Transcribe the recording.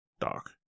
dark